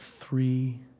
three